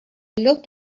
looked